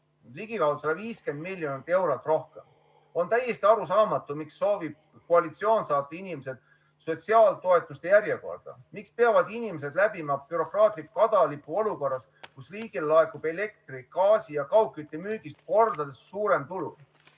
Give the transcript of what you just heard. ligikaudu 150 miljonit eurot rohkem. On täiesti arusaamatu, miks soovib koalitsioon saata inimesed sotsiaaltoetuste järjekorda. Miks peavad inimesed läbima bürokraatliku kadalipu olukorras, kus riigile laekub elektri, gaasi ja kaugkütte müügist kordades suurem tulu?